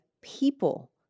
people